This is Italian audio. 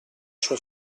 sua